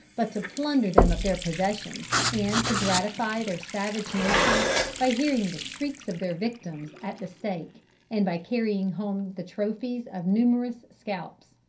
but to plunder them of their possessions and to gratify their savage natures by hearing the shrieks of their victims at the stake and by carrying home the trophies of numerous scalps.